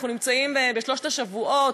אנחנו נמצאים בשלושת השבועות,